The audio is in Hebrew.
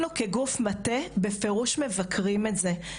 אנחנו כגוף מטה, בפירוש מבקרים את זה.